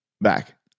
back